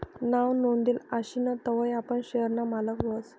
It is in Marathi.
नाव नोंदेल आशीन तवय आपण शेयर ना मालक व्हस